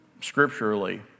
scripturally